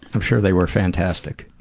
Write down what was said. i'm sure they were fantastic.